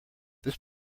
this